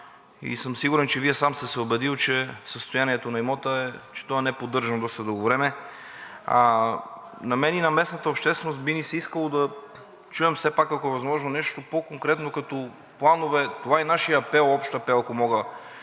и съм сигурен, че Вие сам сте се убедил, че имотът не е поддържан доста дълго време. На мен и на местната общественост би ни се искало да чуем все пак, ако е възможно, нещо по-конкретно като планове. Това е и нашият общ апел, ако мога